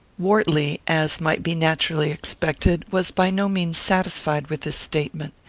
wortley, as might be naturally expected, was by no means satisfied with this statement.